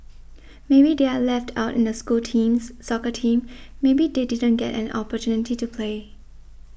maybe they are left out in the school teams soccer team maybe they didn't get any opportunity to play